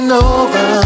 over